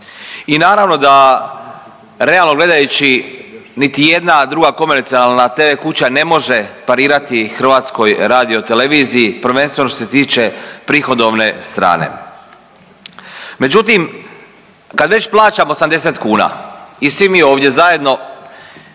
I naravno da realno gledajući niti jedna druga komercijalna TV kuća ne može parirati HRT-u prvenstveno što se tiče prihodovne strane. Međutim, kad već plaćamo 80 kuna i svi mi ovdje zajedno